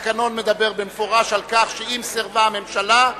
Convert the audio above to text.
התקנון מדבר במפורש על כך שאם סירבה הממשלה,